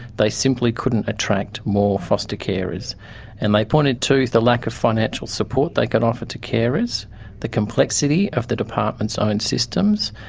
they simply couldn't attract more foster carers. and they pointed to the lack of financial support they can offer to carers, the the complexity of the department's own systems,